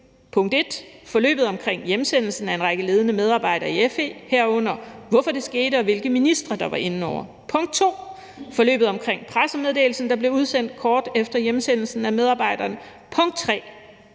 gælder 1) forløbet omkring hjemsendelsen af en række ledende medarbejdere i FE, herunder hvorfor det skete, og hvilke ministre der var inde over, 2) forløbet omkring pressemeddelelsen, der blev udsendt kort efter hjemsendelsen af medarbejderne, og 3)